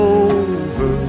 over